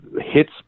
hits